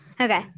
Okay